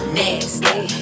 nasty